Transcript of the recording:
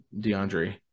DeAndre